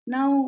Now